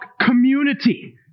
community